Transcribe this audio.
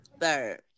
third